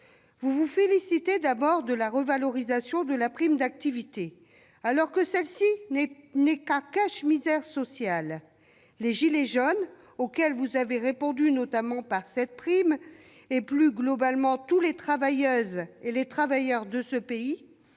Vous vous félicitez d'abord de la revalorisation de la prime d'activité, alors que celle-ci n'est qu'un cache-misère social. Les « gilets jaunes », auxquels vous avez notamment répondu par cette prime, et plus globalement toutes les travailleuses et tous les travailleurs de ce pays